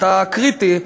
אתה קריטי.